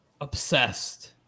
obsessed